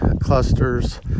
clusters